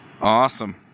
Awesome